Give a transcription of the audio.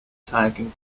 taking